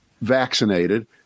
vaccinated